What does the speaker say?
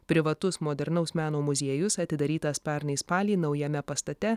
privatus modernaus meno muziejus atidarytas pernai spalį naujame pastate